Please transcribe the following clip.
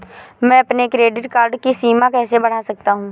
मैं अपने credit card की सीमा कैसे बढ़ा सकता हूँ?